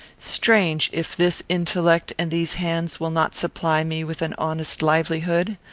strange if this intellect and these hands will not supply me with an honest livelihood.